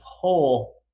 pull